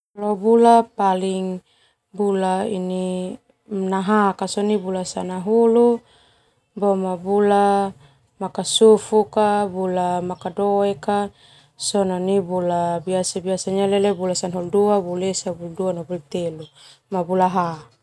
Bula paling nahak ka sona nai bula sanahulu, boma bula makasufuk, bula makadoek, nai bula sana hulu dua, bula esa dua telu ha.